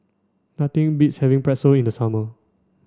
nothing beats having Pretzel in the summer